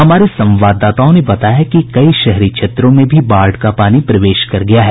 हमारे संवाददाताओं ने बताया है कि कई शहरी क्षेत्रों में भी बाढ़ का पानी प्रवेश कर गया है